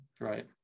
right